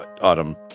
Autumn